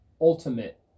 ultimate